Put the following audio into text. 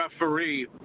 referee